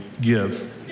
give